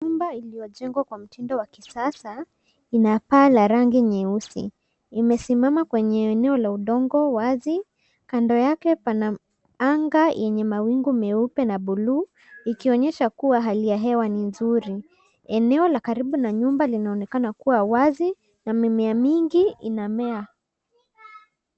Nyumba iliyojengwa kwa mtindo wa kisasa, ina paa la rangi nyeusi. Imesimama kwenye eneo la udongo wazi. Kando yake pana anga yenye mawingu meupe na bluu, ikionyesha kuwa hali ya hewa ni nzuri. Eneo la karibu na nyumba linaonekana kuwa wazi, na mimea mingi inamea.